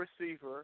receiver